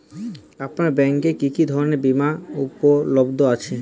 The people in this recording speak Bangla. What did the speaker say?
আপনার ব্যাঙ্ক এ কি কি ধরনের বিমা উপলব্ধ আছে?